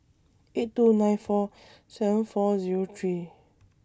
eight two nine four seven four Zero three